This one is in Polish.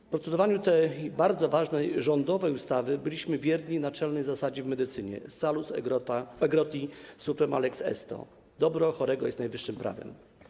W procedowaniu tej bardzo ważnej rządowej ustawy byliśmy wierni naczelnej zasadzie w medycynie: Salus aegroti suprema lex esto - Dobro chorego jest najwyższym prawem.